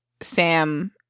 Sam